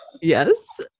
Yes